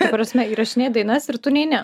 ta prasme įrašinėt dainas ir tu neini